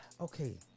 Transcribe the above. okay